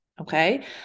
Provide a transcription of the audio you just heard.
okay